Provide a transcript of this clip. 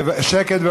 שקט.